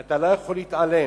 אתה לא יכול להתעלם.